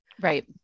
Right